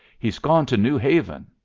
he's gone to new haven.